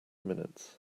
minutes